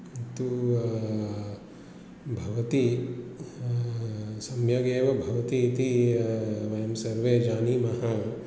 तु भवति सम्यगेव भवति इति वयं सर्वे जानीमः